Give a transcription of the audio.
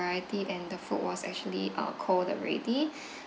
~riety and the food was actually uh cold already